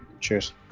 cheers